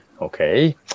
Okay